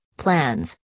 plans